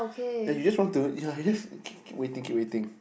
then you just want to you just keep waiting keep waiting